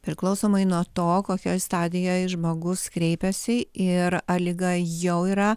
priklausomai nuo to kokioj stadijoj žmogus kreipiasi ir ar liga jau yra